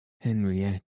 Henriette